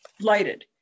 lighted